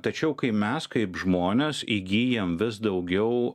tačiau kai mes kaip žmonės įgyjam vis daugiau